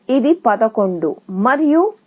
ఇది 7 4 11 మరియు 7 6 13